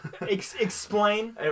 Explain